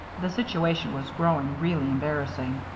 the situation was growing really embarrassing.